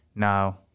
Now